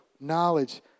knowledge